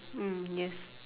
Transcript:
mm yes